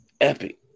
epic